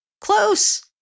Close